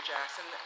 Jackson